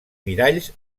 miralls